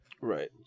Right